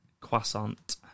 Croissant